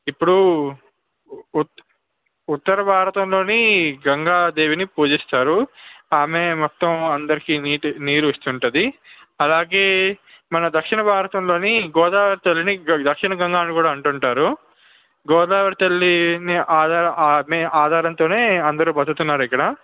ఇప్పుడు ఉత్తర భారతంలోని గంగాదేవిని పూజిస్తారు ఆమె మొత్తం అందరికి నీటి నీరు ఇస్తూ ఉంటుంది అలాగే మన దక్షిణ భారతంలోని గోదావరి తల్లిని గ దక్షిణ గంగ అని కూడా అంటూ ఉంటారు గోదావరి తల్లిని ఆధారం ఆమె ఆధారంతోనే అందరూ బ్రతుకుతున్నారు ఇక్కడ